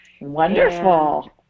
Wonderful